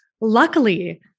Luckily